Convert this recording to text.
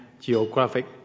geographic